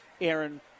Aaron